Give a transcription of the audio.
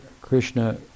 Krishna